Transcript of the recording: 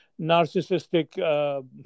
narcissistic